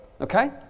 Okay